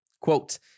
quote